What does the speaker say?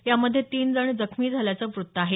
यामध्ये तीन जण जखमी झाल्याचं वृत्त आहे